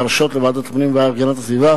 להרשות לוועדת הפנים והגנת הסביבה,